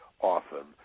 often